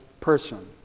person